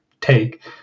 take